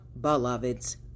beloveds